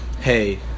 hey